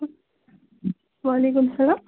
وعلیکُم سلام